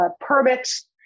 permits